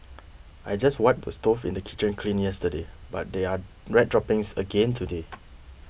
I just wiped the stove in the kitchen clean yesterday but there are rat droppings again today